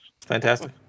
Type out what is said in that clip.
Fantastic